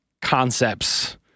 concepts